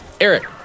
Eric